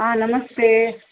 आ नमस्ते